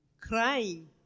crying